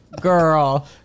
Girl